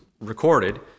recorded